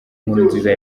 nkurunziza